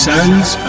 Sands